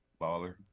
Baller